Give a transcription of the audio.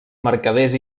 mercaders